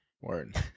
Word